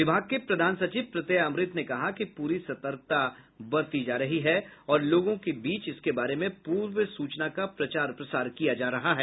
विभाग के प्रधान सचिव प्रत्यय अमृत ने कहा कि पूरी सतर्कता बरती जा रही है और लोगों के बीच इसके बारे में पूर्व सूचना का प्रचार प्रसार किया जा रहा है